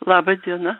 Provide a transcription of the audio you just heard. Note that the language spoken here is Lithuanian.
laba diena